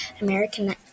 American